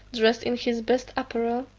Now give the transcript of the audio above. dressed in his best apparel,